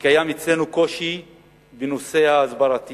שקיים אצלנו קושי בנושא ההסברתי